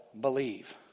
believe